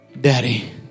Daddy